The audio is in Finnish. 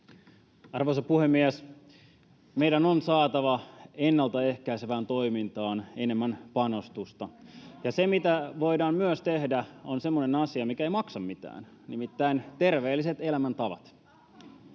Arvoisa puhemies! Meidän on saatava ennaltaehkäisevään toimintaan enemmän panostusta. Se, mitä voidaan myös tehdä, on semmoinen asia, mikä ei maksa mitään, nimittäin terveelliset elämäntavat: